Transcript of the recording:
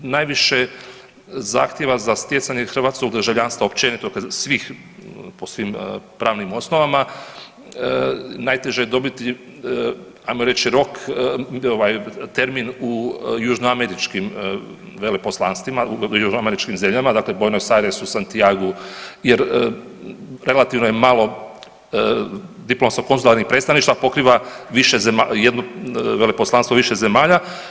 Najviše zahtjeva za stjecanje hrvatskog državljanstva općenito svih po svim pravnim osnovama najteže je dobiti ajmo reći rok, terminu južnoameričkim veleposlanstvima u južnoameričkim zemljama dakle u Buenos Airesu, Santiagu jer relativno je malo diplomsko-konzularnih predstavništva pokriva više jedno poslanstvo više zemalja.